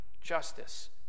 justice